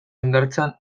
hondartzan